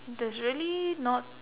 there's really not